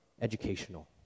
educational